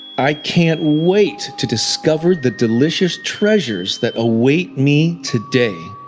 i can't wait to discover the delicious treasures that await me today.